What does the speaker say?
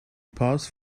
paused